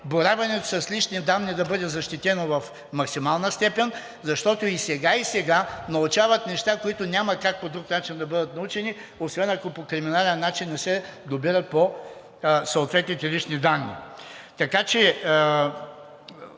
боравенето с лични данни да бъде защитено в максимална степен, защото и сега, и сега научават неща, които няма как по друг начин да бъдат научени, освен ако по криминален начин не се доберат до съответните лични данни. Този закон